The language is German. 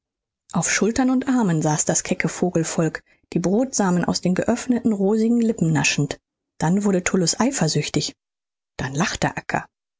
auf schultern und armen saß das kecke vogelvolk die brosamen aus den geöffneten rosigen lippen naschend dann wurde tullus eifersüchtig dann lachte